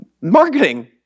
marketing